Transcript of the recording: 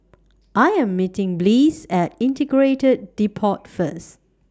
I Am meeting Bliss At Integrated Depot First